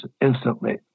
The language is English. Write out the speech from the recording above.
instantly